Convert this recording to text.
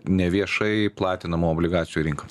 neviešai platinamų obligacijų rinką